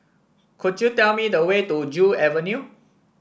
could you tell me the way to Joo Avenue